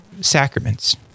sacraments